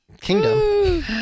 Kingdom